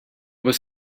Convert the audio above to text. was